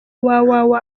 www